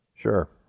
Sure